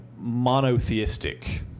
monotheistic